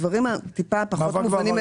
הדברים הטיפה פחות מובנים מאליהם.